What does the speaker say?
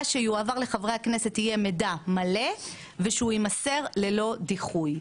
שיועבר לחברי הכנסת יהיה מידע מלא ושהוא יימסר ללא דיחוי.